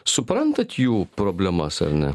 suprantat jų problemas ar ne